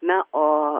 na o